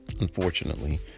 Unfortunately